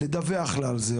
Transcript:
לדווח לה על זה,